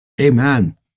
Amen